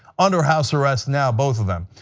under house arrest now both of them.